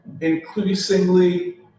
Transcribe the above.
increasingly